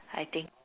I think